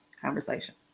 conversation